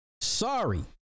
Sorry